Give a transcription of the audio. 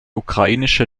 ukrainische